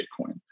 Bitcoin